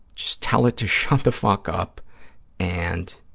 just tell it to shut the fuck up and